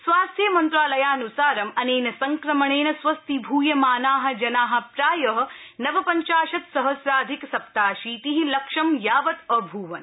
स्वास्थ्यमंत्रालयानुसारं अनेन संक्रमणेन स्वस्थीभृयमाना जना प्राय नवपञ्चाशत् सहस्राधिक सप्ताशीति लक्षं यावत् अभृवन्